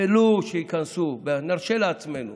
ולו בכך שיכנסו, נרשה לעצמנו,